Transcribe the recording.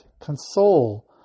console